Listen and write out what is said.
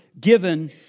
given